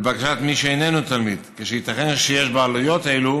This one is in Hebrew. לבקשת מי שאיננו תלמיד, כשייתכן שיש בעלויות אלו